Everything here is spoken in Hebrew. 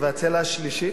והצלע השלישית,